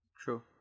true